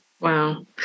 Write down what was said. Wow